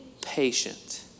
patient